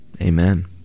Amen